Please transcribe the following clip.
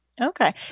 Okay